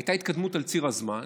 הייתה התקדמות על ציר הזמן,